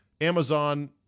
Amazon